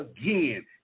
again